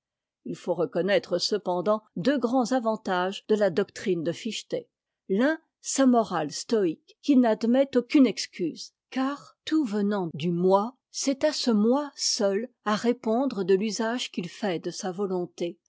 i faut reconnaître cependant deux grands avantages de la doctrine de fichte l'un sa morale stoïque qui n'admet aucune excuse car tout vénant du moi c'est à ce mot seul à répondre de l'usage qu'il fait de sa volonté